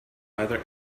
either